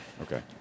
Okay